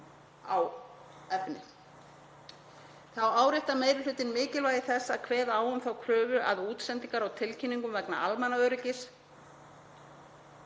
á efni. Þá áréttar meiri hlutinn mikilvægi þess að kveða á um þá kröfu að útsendingar á tilkynningum vegna almannaöryggis